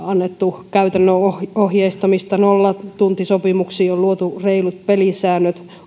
annettu käytännön ohjeistamista nollatuntisopimuksiin luotu reilut pelisäännöt sekä